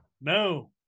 No